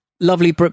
Lovely